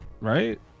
Right